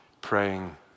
praying